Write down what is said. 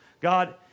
God